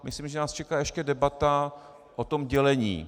Myslím, že nás čeká ještě debata o tom dělení.